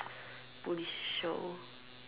police show